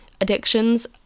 addictions